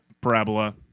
Parabola